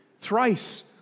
thrice